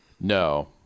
no